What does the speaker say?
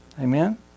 Amen